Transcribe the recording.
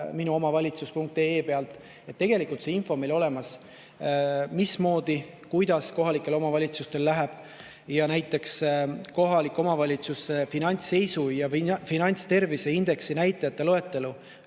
minuomavalitsus.ee pealt. Nii et tegelikult on meil info, mismoodi, kuidas kohalikel omavalitsustel läheb, olemas. Näiteks kohaliku omavalitsuse finantsseisu ja finantstervise indeksi näitajate loetelu